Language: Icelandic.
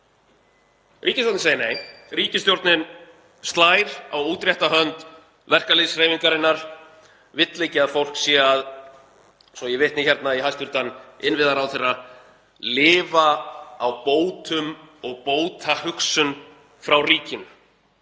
Ríkisstjórnin segir nei. Ríkisstjórnin slær á útrétta hönd verkalýðshreyfingarinnar, vill ekki að fólk sé að, svo ég vitni hérna í hæstv. innviðaráðherra, „lifa á bótum og bótahugsun frá ríkinu“.